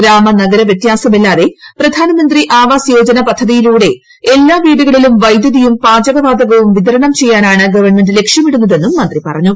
ഗ്രാമ നഗര വൃത്യാസമില്ലാതെ പ്രധാനമന്ത്രി ആവാസ് യോജന പദ്ധതിയിലൂടെ എല്ലാവീടുകളിലുംവൈദ്യുതിയും പാചകവാതകവും വിതരണം ചെയ്യുവാനാണ് ഗവൺമെന്റ് ലക്ഷ്യമിടുന്നതെന്നും മന്ത്രി പറഞ്ഞു